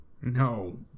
no